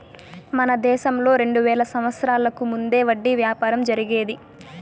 మన దేశంలో రెండు వేల సంవత్సరాలకు ముందే వడ్డీ వ్యాపారం జరిగేది